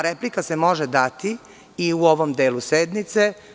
Replika se može dati i u ovom delu sednice.